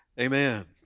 amen